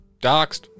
Doxed